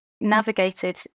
navigated